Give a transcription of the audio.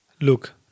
look